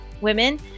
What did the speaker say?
women